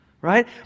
right